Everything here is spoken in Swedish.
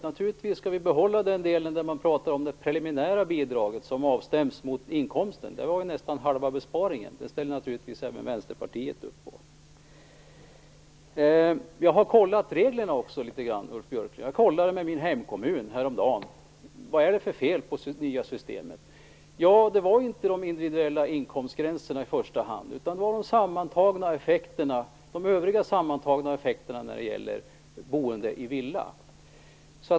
Vi skall naturligtvis behålla den del som gäller det preliminära bidraget som avstäms mot inkomsten. Där har vi nästan halva besparingen. Det ställer naturligtvis även Vänsterpartiet upp på. Jag har kollat reglerna, Ulf Björklund. Jag kollade med min hemkommun häromdagen. Vad är det för fel på det nya systemet? Felet var inte de individuella inkomstgränserna, i första hand. Det var de övriga sammantagna effekterna när det gäller boende i villa.